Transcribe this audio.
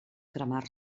cremar